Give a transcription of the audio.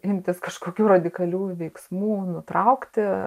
imtis kažkokių radikalių veiksmų nutraukti